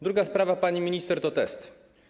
Druga sprawa, pani minister, to testy.